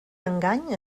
engany